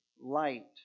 light